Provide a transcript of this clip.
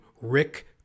Rick